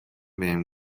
بهم